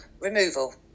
removal